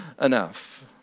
enough